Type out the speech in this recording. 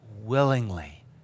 willingly